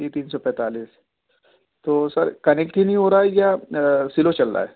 سی تین سو پینتالیس تو سر کنیکٹ ہی نہیں ہو رہا ہے یا سلو چل رہا ہے